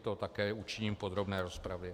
To také učiním v podrobné rozpravě.